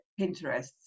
Pinterest